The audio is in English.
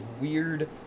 weird